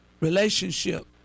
relationship